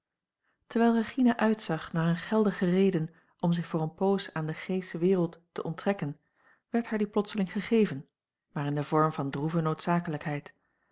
terwijl regina uitzag naar een geldige reden om zich voor een poos aan de g sche wereld te onttrekken werd haar die plotseling gegeven maar in den vorm van droeve noodzakelijkheid